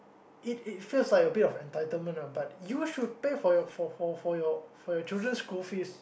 it it feels like a bit of entitlement lah but you should pay for your for for your for your children school fees